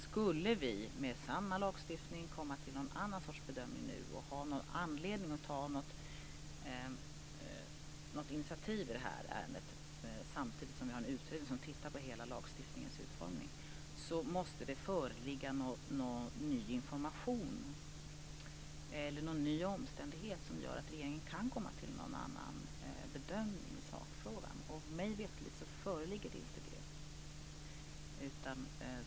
Skulle vi med samma lagstiftning komma till någon annan sorts bedömning och ha någon anledning att ta något initiativ i det här ärendet, samtidigt som vi har en utredning som tittar på hela lagstiftningens utformning, måste det föreligga någon ny information eller en ny omständighet som gör att regeringen kan komma till någon annan bedömning i sakfrågan. Mig veterligt föreligger inte det.